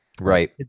Right